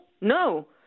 no